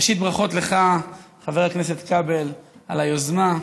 ראשית, ברכות לך, חבר הכנסת כבל, על היוזמה.